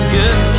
good